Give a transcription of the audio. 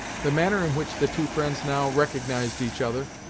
the manner in which the two friends now recognized each other,